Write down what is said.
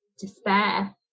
despair